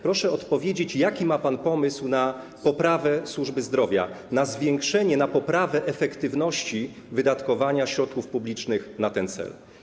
Proszę odpowiedzieć, jaki ma pan pomysł na poprawę służby zdrowia, na zwiększenie, poprawę efektywności wydatkowania środków publicznych na ten cel.